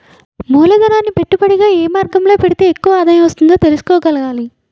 మూలధనాన్ని పెట్టుబడిగా ఏ మార్గంలో పెడితే ఎక్కువ ఆదాయం వస్తుందో తెలుసుకోగలగాలి